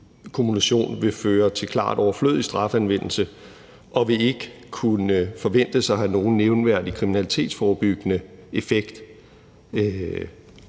kumulation vil føre til klart overflødig strafanvendelse og ikke vil kunne forventes at have nogen nævneværdig kriminalitetsforebyggende effekt.